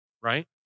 right